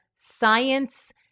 science